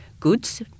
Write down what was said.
goods